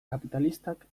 kapitalistak